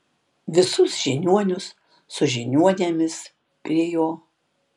visus žiniuonius su žiniuonėmis prie jo